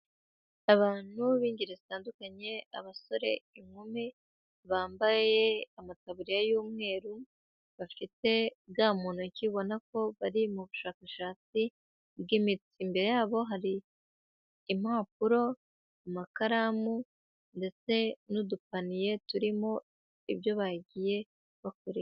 Abantu b'ingeri zitandukanye, abasore, inkumi, bambaye amataburiya y'umweru, bafite ga mu ntoki ubona ko bari mu bushakashatsi bw'imiti. Imbere yabo hari impapuro, amakaramu, ndetse n'udupaniye turimo ibyo bagiye bakore...